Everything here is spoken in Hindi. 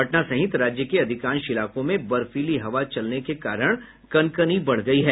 पटना सहित राज्य के अधिकांश इलाकों में बर्फीली हवा चलने के कारण कनकनी बढ़ गयी है